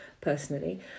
personally